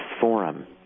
forum